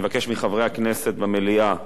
אני אבקש מחברי הכנסת במליאה